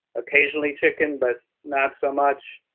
occasionally chicken, but not so much.